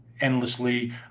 endlessly